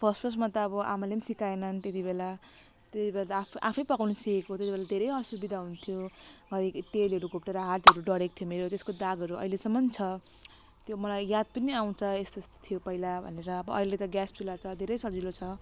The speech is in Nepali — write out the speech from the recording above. फर्स्ट फर्स्टमा त अब आमाले सिकाएन त्यति बेला त्यति बेला त आफ आफै पकाउनु सिकेको त्यति बेला धेरै असुविधा हुन्थ्यो घरी तेलहरू घोप्टेर हातहरू डढेको थियो मेरो त्यसको दागहरू अहिलेसम्म छ त्यो मलाई याद पनि आउँछ यस्तो यस्तो थियो पहिला भनेर अब अहिले त ग्यास चुल्हा छ धेरै सजिलो छ